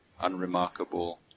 unremarkable